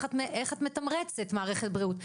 איך את מתמרצת מערכת בריאות?